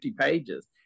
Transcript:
pages